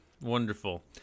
Wonderful